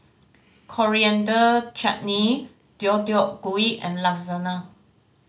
Coriander Chutney Deodeok Gui and Lasagna